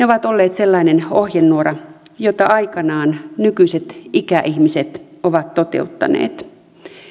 ovat olleet sellainen ohjenuora jota aikanaan nykyiset ikäihmiset ovat toteuttaneet